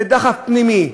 בדחף פנימי,